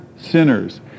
sinners